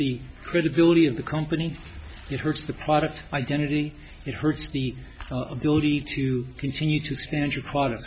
the credibility of the company it hurts the product identity it hurts the ability to continue to stand your product